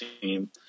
team